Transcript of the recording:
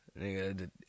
nigga